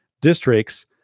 districts